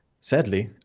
sadly